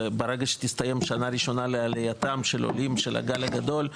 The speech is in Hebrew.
ברגע שתסתיים שנה ראשונה לעלייתם של עולים של הגל הגדול,